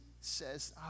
says